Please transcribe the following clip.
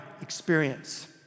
experience